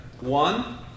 One